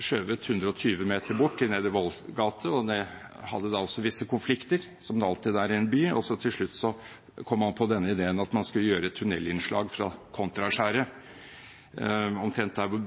skjøvet 120 meter bort, til Nedre Vollgate. Og det innebar også visse konflikter, som det alltid gjør i en by. Til slutt kom man på denne ideen at man skulle gjøre tunnelinnslag fra Kontraskjæret – omtrent der hvor